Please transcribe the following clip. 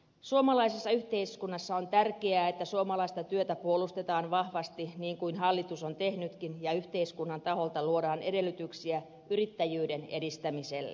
suomalaisessa yhteiskunnassa on tärkeää että suomalaista työtä puolustetaan vahvasti niin kuin hallitus on tehnytkin ja yhteiskunnan taholta luodaan edellytyksiä yrittäjyyden edistämiselle